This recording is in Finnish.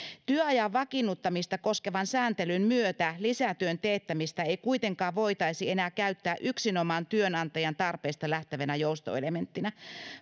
työajan vakiinnuttamista koskevan sääntelyn myötä lisätyön teettämistä ei kuitenkaan voitaisi enää käyttää yksinomaan työnantajan tarpeista lähtevänä joustoelementtinä